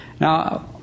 Now